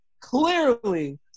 clearly